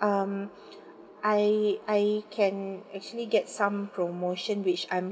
um I I can actually get some promotion which I'm